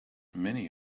many